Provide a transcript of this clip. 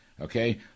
okay